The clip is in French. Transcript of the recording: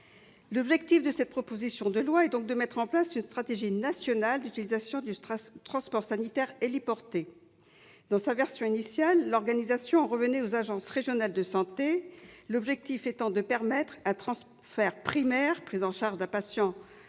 L'objet de cette proposition de loi est donc de mettre en place une stratégie nationale d'utilisation du transport sanitaire héliporté. Dans la version initiale de ce texte, l'organisation en revenait aux agences régionales de santé, l'objectif étant de permettre un transfert primaire- prise en charge de patients